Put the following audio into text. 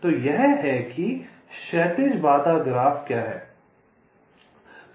तो यह है कि क्षैतिज बाधा ग्राफ क्या है